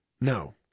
No